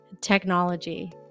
technology